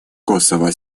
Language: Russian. косово